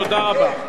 תודה רבה.